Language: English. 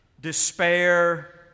despair